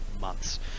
months